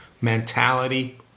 mentality